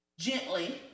gently